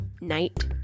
Night